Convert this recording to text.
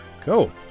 cool